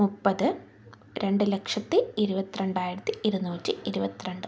മുപ്പത് രണ്ടു ലക്ഷത്തി ഇരുപത്തി രണ്ടായിരത്തി ഇരുന്നൂറ്റി ഇരുപത്തി രണ്ട്